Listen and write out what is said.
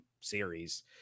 series